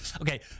Okay